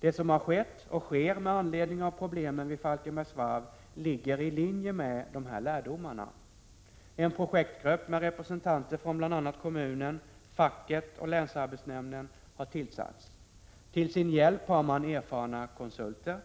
Det som har skett och sker med anledning av problemen vid Falkenbergs Varv ligger i linje med de här lärdomarna. En projektgrupp med representanter från bl.a. kommunen, facken och länsarbetsnämnden har tillsatts. Till sin hjälp har man erfarna konsulter.